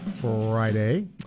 Friday